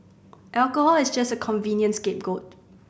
alcohol is just a convenient scapegoat